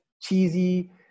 cheesy